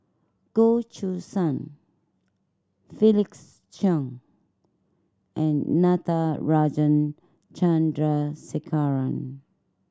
Goh Choo San Felix Cheong and Natarajan Chandrasekaran